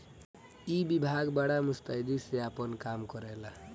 ई विभाग बड़ा मुस्तैदी से आपन काम करेला